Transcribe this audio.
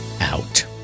out